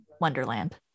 Wonderland